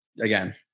again